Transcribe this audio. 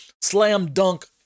slam-dunk